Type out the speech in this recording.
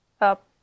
up